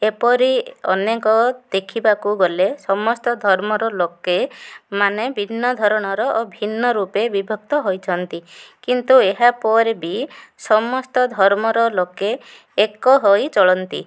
ଏପରି ଅନେକ ଦେଖିବାକୁ ଗଲେ ସମସ୍ତ ଧର୍ମର ଲୋକେ ମାନେ ଭିନ୍ନ ଧରଣର ଓ ଭିନ୍ନ ରୂପେ ବିଭକ୍ତ ହୋଇଛନ୍ତି କିନ୍ତୁ ଏହା ପରେ ବି ସମସ୍ତ ଧର୍ମର ଲୋକେ ଏକ ହୋଇଚଳନ୍ତି